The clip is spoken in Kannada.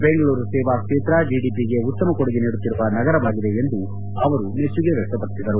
ಬೆಂಗಳೂರು ಸೇವಾ ಕ್ಷೇತ್ರ ಜಿಡಿಪಿಗೆ ಉತ್ತಮ ಕೊಡುಗೆ ನೀಡುತ್ತಿರುವ ನಗರವಾಗಿದೆ ಎಂದು ಮೆಚ್ಚುಗೆ ವ್ವಕ್ತಪಡಿಸಿದರು